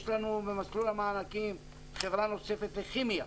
יש לנו במסלול המענקים חברה נוספת לכימיה.